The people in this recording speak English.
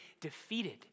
defeated